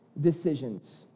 decisions